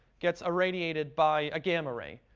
gets irradiated by a gamma ray.